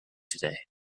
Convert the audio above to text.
today